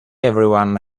everyone